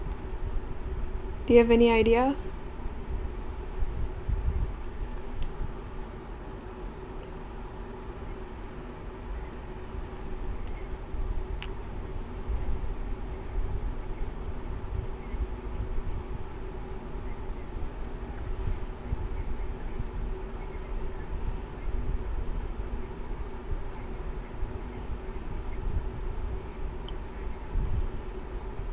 you have any idea